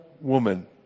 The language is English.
woman